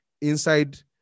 inside